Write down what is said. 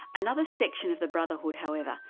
another section of the brotherhood, however,